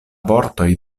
vortoj